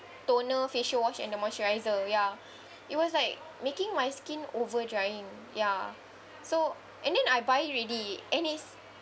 toner facial wash and the moisturiser ya it was like making my skin overdrying ya so and then I buy already and it's